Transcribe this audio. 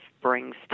brings